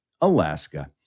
Alaska